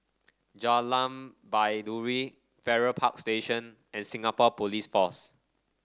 Jalan Baiduri Farrer Park Station and Singapore Police Force